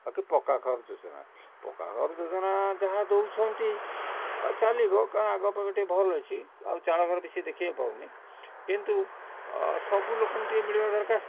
ଆଉ ପକ୍କାଘର ଯୋଜନା ପକ୍କାଘର ଯୋଜନା ଯାହା ଦେଉଛନ୍ତି ଚାଲିବ କାରଣ ଆଗ ଅପେକ୍ଷା ଟିକେ ଭଲ ଅଛି ଆଉ ଚାଳ ଘର ବେଶି ଦେଖିବାକୁ ପାଉନି କିନ୍ତୁ ସବୁ ଲୋକଙ୍କୁ ଟିକେ ମିଳିବା ଦରକାର